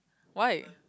why